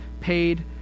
paid